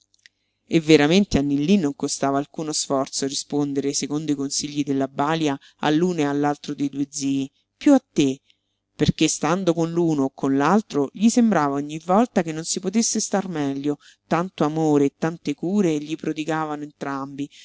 e veramente a nillí non costava alcuno sforzo rispondere secondo i consigli della balia all'uno e all'altro dei due zii piú a te perché stando con l'uno o con l'altro gli sembrava ogni volta che non si potesse star meglio tanto amore e tante cure gli prodigavano entrambi